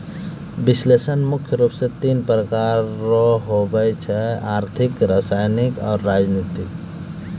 विश्लेषण मुख्य रूप से तीन प्रकार रो हुवै छै आर्थिक रसायनिक राजनीतिक